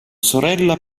sorella